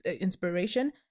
inspiration